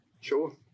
Sure